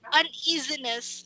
uneasiness